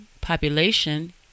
population